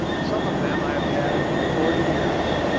some of them i have had for forty years,